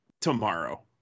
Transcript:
tomorrow